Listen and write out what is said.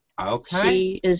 Okay